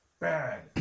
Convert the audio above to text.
Bad